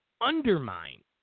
undermine